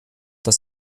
dass